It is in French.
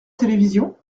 télévision